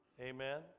amen